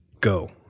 go